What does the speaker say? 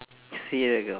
seeragam